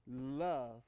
love